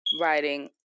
writing